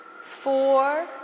four